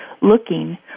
looking